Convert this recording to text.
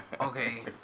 Okay